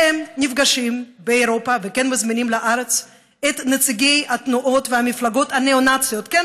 שנפגשים עם נציגי התנועות והמפלגות הניאו-נאציות ומזמינים אותם לארץ,